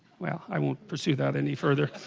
well i won't pursue that any further